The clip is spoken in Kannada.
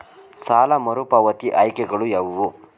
ಸಾಲ ಮರುಪಾವತಿ ಆಯ್ಕೆಗಳು ಯಾವುವು?